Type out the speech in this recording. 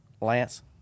Lance